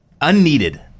Unneeded